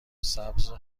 سبز